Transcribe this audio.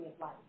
life